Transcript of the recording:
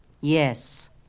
Yes